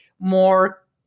more